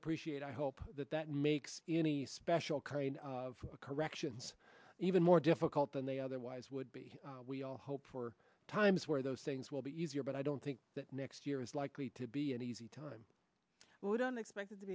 appreciate i hope that that makes any special kind of corrections even more difficult than they otherwise would be we all hope for times where those things will be easier but i don't think that next year is likely to be an easy time but we don't expect it to